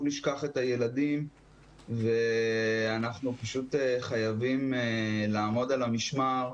נשכח את הילדים ואנחנו פשוט חייבים לעמוד על המשמר,